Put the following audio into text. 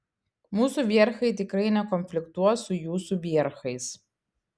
mūsų vierchai tikrai nekonfliktuos su jūsų vierchais